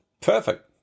Perfect